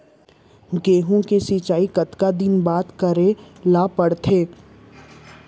गेहूँ के सिंचाई कतका दिन बाद करे ला पड़थे?